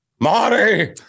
Marty